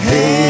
Hey